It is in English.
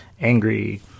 angry